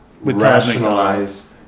rationalize